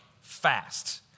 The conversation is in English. fast